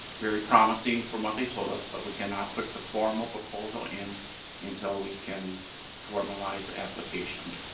very promising from what they told us, but we cannot put the formal proposal in until we can formalize the application,